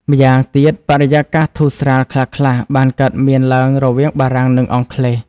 ម្យ៉ាង ទៀតបរិយាកាសធូរស្រាល ខ្លះៗ បានកើតមានឡើងរវាងបារាំង និងអង់គ្លេស។